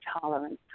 tolerance